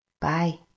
Bye